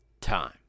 time